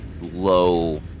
low